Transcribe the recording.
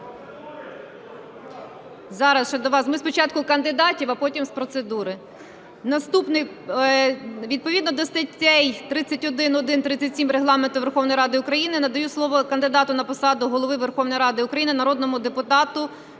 Зараз, ще до вас… Ми спочатку кандидатів, а потім з процедури. Наступний. Відповідно до статей 31-1, 37 Регламенту Верховної Ради України надаю слово кандидату на посаду Голови Верховної Ради України – народному депутату